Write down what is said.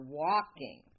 walking